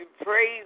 praise